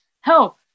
help